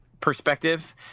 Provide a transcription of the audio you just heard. Perspective